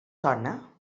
sona